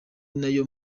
nayo